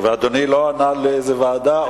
אדוני לא ענה לאיזו ועדה.